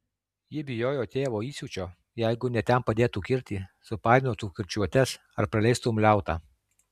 ji bijojo tėvo įsiūčio jeigu ne ten padėtų kirtį supainiotų kirčiuotes ar praleistų umliautą